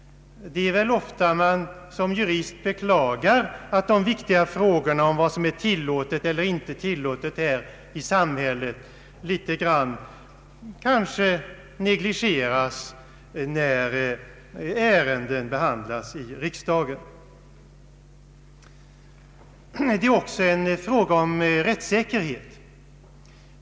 Det förekommer ofta att jurister klagar över att den viktiga frågan om den närmare gräns dragningen för vad som är tillåtet eller inte tillåtet här i samhället i viss mån negligeras, när lagstiftningsärenden behandlas i riksdagen. Det är också en fråga om rättssäkerhet.